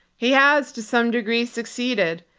he has to some degree succeeded.